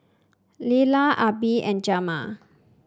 Lyla Abby and Jamil